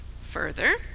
Further